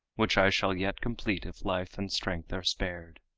which i shall yet complete if life and strength are spared.